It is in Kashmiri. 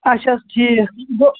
اَچھا ٹھیٖک گوٚو